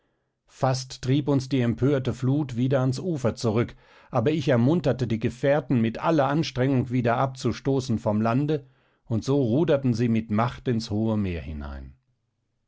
fast trieb uns die empörte flut wieder ans ufer zurück aber ich ermunterte die gefährten mit aller anstrengung wieder abzustoßen vom lande und so ruderten sie mit macht ins hohe meer hinein